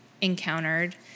encountered